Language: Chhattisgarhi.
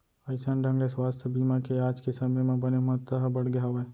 अइसन ढंग ले सुवास्थ बीमा के आज के समे म बने महत्ता ह बढ़गे हावय